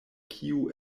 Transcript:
kiu